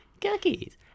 Cookies